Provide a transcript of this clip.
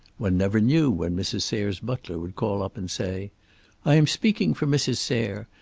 one never knew when mrs. sayre's butler would call up and say i am speaking for mrs. sayre.